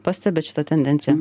pastebit šitą tendenciją